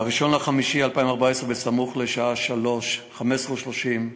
ב-1 במאי 2014, סמוך לשעה 15:30,